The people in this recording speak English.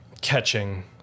catching